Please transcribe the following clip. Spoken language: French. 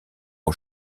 aux